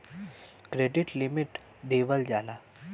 credit limit देवल जाला